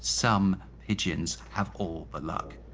some pigeons have all the luck.